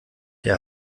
der